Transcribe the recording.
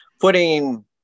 putting